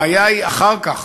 הבעיה היא אחר כך,